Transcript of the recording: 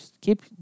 keep